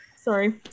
sorry